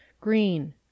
Green